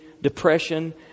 depression